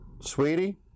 Sweetie